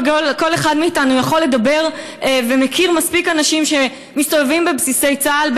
וכל אחד מאתנו יכול לדבר ומכיר מספיק אנשים שמסתובבים בבסיסי צה"ל,